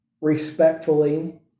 respectfully